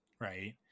Right